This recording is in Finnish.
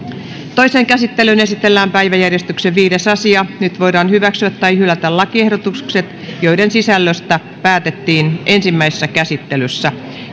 toiseen käsittelyyn esitellään päiväjärjestyksen viides asia nyt voidaan hyväksyä tai hylätä lakiehdotukset joiden sisällöstä päätettiin ensimmäisessä käsittelyssä